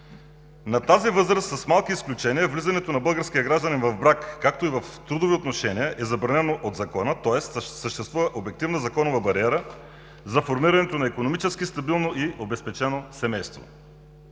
На тази възраст с малки изключения влизането на българския гражданин в брак, както и в трудови отношения, е забранено от закона, тоест съществува обективна законова бариера за формирането на икономически стабилно и обезпечено семейство.